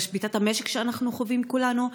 בהשבתת המשק שאנחנו חווים כולנו,